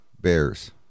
bears